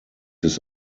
his